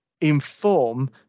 inform